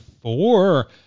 four